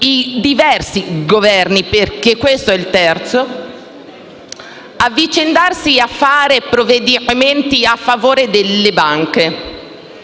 i diversi Governi - questo è il terzo - avvicendarsi a emanare provvedimenti a favore delle banche.